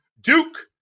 Duke